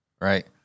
Right